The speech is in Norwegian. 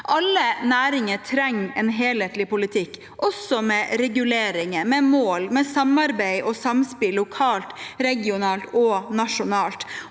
Alle næringer trenger en helhetlig politikk, med reguleringer, mål, samarbeid og samspill lokalt, regionalt og nasjonalt,